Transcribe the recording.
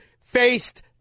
faced